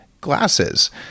glasses